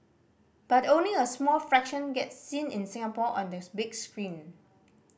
but only a small fraction gets seen in Singapore on the big screen